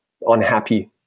unhappy